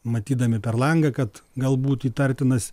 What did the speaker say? matydami per langą kad galbūt įtartinas